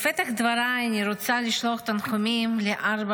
בפתח דבריי אני רוצה לשלוח תנחומים לארבע